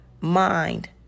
mind